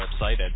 website